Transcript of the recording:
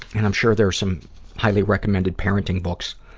and i'm sure there's some highly recommended parenting books,